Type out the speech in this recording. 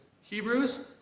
Hebrews